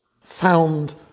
found